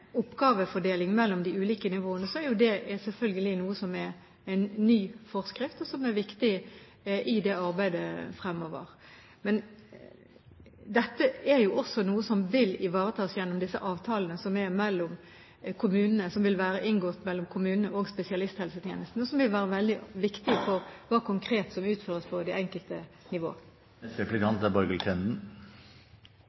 oppgavefordelingen mellom de ulike nivåene, er det en ny forskrift som selvfølgelig er viktig i arbeidet fremover. Men dette er også noe som vil ivaretas gjennom avtalene som vil være inngått mellom kommunene og spesialisthelsetjenesten, og som vil være veldig viktig for hva som konkret utføres på det enkelte